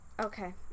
Okay